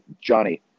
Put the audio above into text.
Johnny